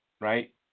right